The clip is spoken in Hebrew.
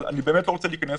אבל אני באמת לא רוצה להיכנס